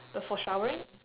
the for showering